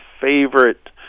favorite